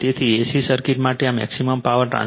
તેથી A C circuit માટે આ મેક્સિમમ પાવર ટ્રાન્સફર થિયરમ છે